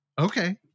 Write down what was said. Okay